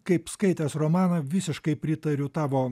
kaip skaitęs romaną visiškai pritariu tavo